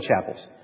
chapels